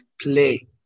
Play